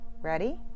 Ready